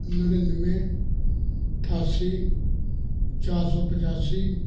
ਨੜ੍ਹਿਨਵੇਂ ਅਠਾਸੀ ਚਾਰ ਸੌ ਪਚਾਸੀ